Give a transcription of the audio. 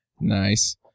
Nice